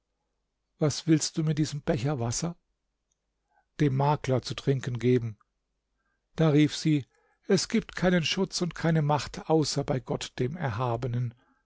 was willst du mit diesem becher wasser dem makler zu trinken geben da rief sie es gibt keinen schutz und keine macht außer bei gott dem erhabenen